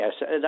yes